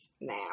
now